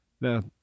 Now